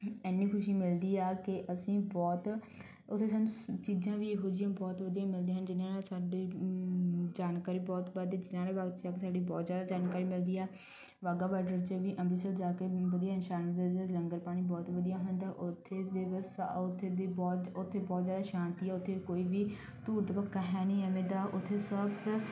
ਐਨੀ ਖੁਸ਼ੀ ਮਿਲਦੀ ਆ ਕਿ ਅਸੀਂ ਬਹੁਤ ਉੱਥੇ ਸਾਨੂੰ ਚੀਜ਼ਾਂ ਵੀ ਇਹੋ ਜਿਹੀਆਂ ਬਹੁਤ ਵਧੀਆ ਮਿਲਦੀਆਂ ਹਨ ਜਿਨ੍ਹਾਂ ਨਾਲ ਸਾਡੇ ਜਾਣਕਾਰੀ ਬਹੁਤ ਵੱਧ ਸਾਡੀ ਬਹੁਤ ਜ਼ਿਆਦਾ ਜਾਣਕਾਰੀ ਮਿਲਦੀ ਆ ਵਾਹਗਾ ਬਾਰਡਰ 'ਚ ਵੀ ਅੰਮ੍ਰਿਤਸਰ ਜਾ ਕੇ ਵਧੀਆ ਇਸ਼ਨਾਨ ਲੰਗਰ ਪਾਣੀ ਬਹੁਤ ਵਧੀਆ ਹੁੰਦਾ ਉੱਥੇ ਦਿਵਸ ਉੱਥੇ ਦੀ ਬਹੁਤ ਉੱਥੇ ਬਹੁਤ ਜ਼ਿਆਦਾ ਸ਼ਾਂਤੀ ਆ ਉੱਥੇ ਕੋਈ ਵੀ ਧੂੜ ਧਪੱਕਾ ਹੈ ਨਹੀਂ ਐਵੇਂ ਦਾ ਉੱਥੇ ਸਭ